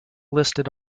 listed